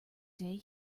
day